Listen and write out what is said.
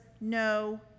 no